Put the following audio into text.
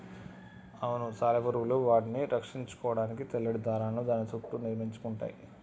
అవును సాలెపురుగులు వాటిని రక్షించుకోడానికి తెల్లటి దారాలను దాని సుట్టూ నిర్మించుకుంటయ్యి